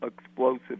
explosive